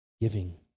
giving